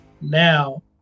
now